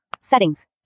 Settings